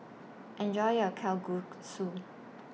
Enjoy your Kalguksu